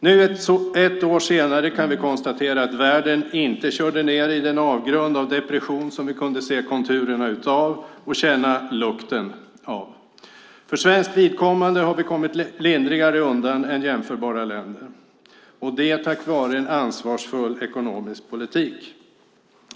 Nu, ett år senare, kan vi konstatera att världen inte körde ned i den avgrund av depression som vi kunde se konturerna och känna lukten av. För svenskt vidkommande har vi kommit lindrigare undan än jämförbara länder, och det tack vare en ansvarsfull ekonomisk politik.